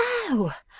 oh,